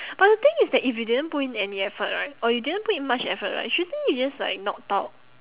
but the thing is that if you didn't put in any effort right or you didn't put in much effort right shouldn't you just like not talk